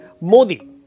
modi